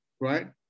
right